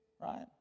right